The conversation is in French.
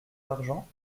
d’argent